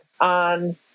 on